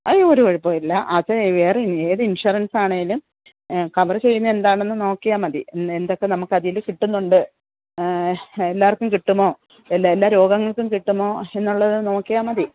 ഏയ് ഒരു കുഴപ്പമില്ല അത് ഏറ് ഏത് ഇൻസുറൻസാണേലും കവറ് ചെയ്യുന്ന എന്താണെന്ന് നോക്കിയാൽ മതി എന്തൊക്കെ നമുക്ക് അതിൽ കിട്ടുന്നുണ്ട് എല്ലാവർക്കും കിട്ടുമോ എല്ലാ എല്ലാ രോഗങ്ങൾക്കും കിട്ടുമോ എന്നുള്ളത് നോക്കിയാൽ മതി